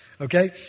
Okay